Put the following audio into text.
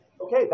Okay